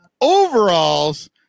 overalls